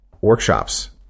workshops